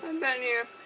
menu.